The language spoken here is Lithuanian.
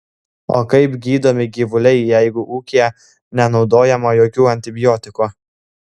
o kaip gydomi gyvuliai jeigu ūkyje nenaudojama jokių antibiotikų